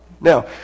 Now